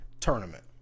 tournament